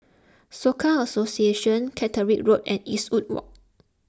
Soka Association Caterick Road and Eastwood Walk